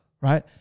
right